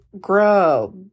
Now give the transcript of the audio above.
grow